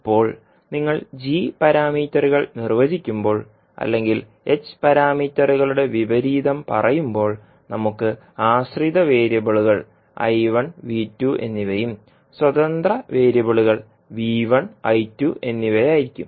ഇപ്പോൾ നിങ്ങൾ g പാരാമീറ്ററുകൾ നിർവചിക്കുമ്പോൾ അല്ലെങ്കിൽ h പാരാമീറ്ററുകളുടെ വിപരീതം പറയുമ്പോൾ നമുക്ക് ആശ്രിത വേരിയബിളുകൾ എന്നിവയും സ്വതന്ത്ര വേരിയബിളുകൾ എന്നിവയായിരിക്കും